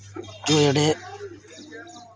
ओह् जेह्ड़े